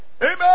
Amen